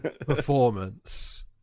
performance